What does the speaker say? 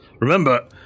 Remember